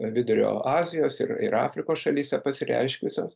vidurio azijos ir ir afrikos šalyse pasireiškusios